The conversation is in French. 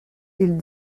ils